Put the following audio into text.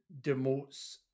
demotes